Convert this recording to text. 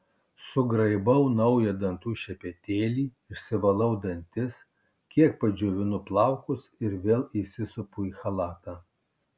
sugraibau naują dantų šepetėlį išsivalau dantis kiek padžiovinu plaukus ir vėl įsisupu į chalatą